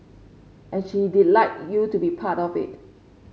and she did like you to be part of it